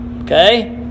okay